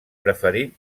preferit